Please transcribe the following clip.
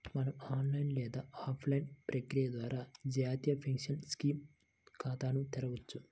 మనం ఆన్లైన్ లేదా ఆఫ్లైన్ ప్రక్రియ ద్వారా జాతీయ పెన్షన్ స్కీమ్ ఖాతాను తెరవొచ్చు